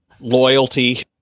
loyalty